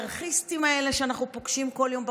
האנרכיסטים האלה, שאנחנו פוגשים כל יום ברחובות,